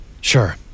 Sure